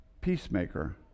peacemaker